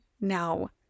Now